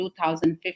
2015